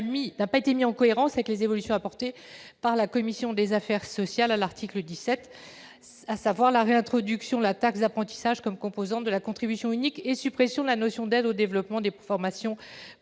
n'a pas été mis en cohérence avec les évolutions apportées par la commission des affaires sociales à l'article 17, à savoir la réintroduction de la taxe d'apprentissage comme composante de la contribution unique, et la suppression de la notion d'aide au développement des formations